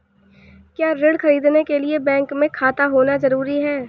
क्या ऋण ख़रीदने के लिए बैंक में खाता होना जरूरी है?